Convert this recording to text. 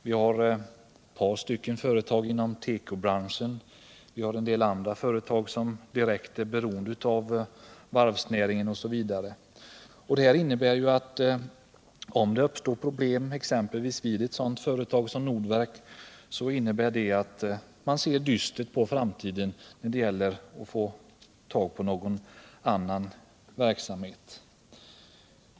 Vi har ett par företag inom tekobranschen, vi har en del andra företag som är direkt beroende av varvsnäringen osv. Det här innebär att om problem uppstår vid exempelvis ett sådant företag som Nordverk AB, innebär det att man ser dystert på framtiden när det gäller att få tag i någon annan verksamhet.